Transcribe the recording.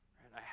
right